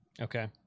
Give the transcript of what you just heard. Okay